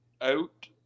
out